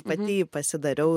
pati jį pasidariau